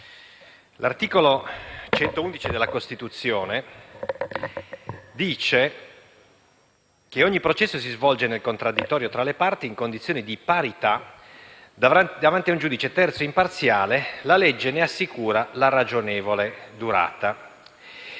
l'articolo 111 della Costituzione statuisce: «Ogni processo si svolge nel contraddittorio tra le parti, in condizioni di parità, davanti a giudice terzo e imparziale. La legge ne assicura la ragionevole durata».